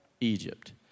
Egypt